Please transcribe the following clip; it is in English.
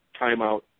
timeout